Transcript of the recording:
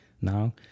now